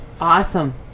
Awesome